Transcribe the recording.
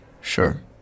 Sure